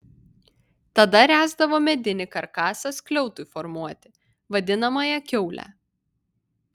tada ręsdavo medinį karkasą skliautui formuoti vadinamąją kiaulę